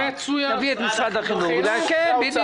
נביא את משרדי החינוך והאוצר.